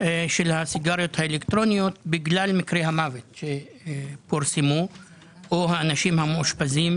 של הסיגריות האלקטרוניות בגלל מקרי המוות שפורסמו או הצעירים שמאושפזים